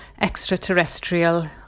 extraterrestrial